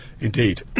Indeed